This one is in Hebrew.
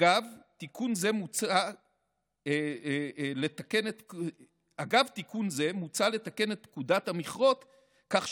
אגב תיקון זה מוצע לתקן את פקודת המכרות כך